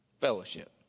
fellowship